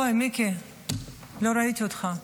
אוי, מיקי, לא ראיתי אותך.